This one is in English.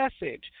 message